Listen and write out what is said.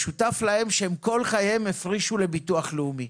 משותף להם שהם כל חייהם הפרישו לביטוח לאומי.